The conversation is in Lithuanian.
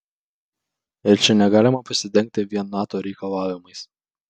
ir čia negalima prisidengti vien nato reikalavimais